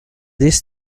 this